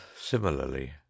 similarly